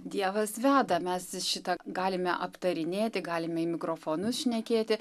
dievas veda mes šitą galime aptarinėti galime į mikrofonus šnekėti